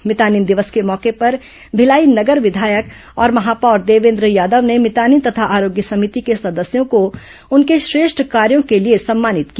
मितानिन दिवस के मौके पर भिलाई नगर विधायक और महापौर देवेन्द्र यादव ने मितानिन तथा आरोग्य समिति के सदस्यों को उनके श्रेष्ठ कार्यों के लिए सम्मानित किया